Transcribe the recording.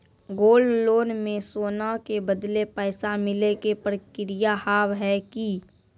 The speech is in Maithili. गोल्ड लोन मे सोना के बदले पैसा मिले के प्रक्रिया हाव है की?